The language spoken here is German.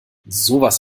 sowas